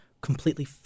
completely